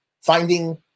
Finding